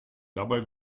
dabei